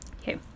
Okay